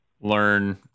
learn